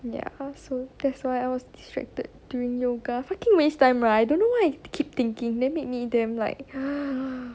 ya so that's why I was distracted during yoga fucking waste time right I don't know why keep thinking they made me damn like ugh